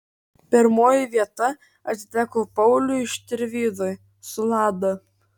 pirmoji vieta atiteko pauliui štirvydui su lada